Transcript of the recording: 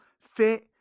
fit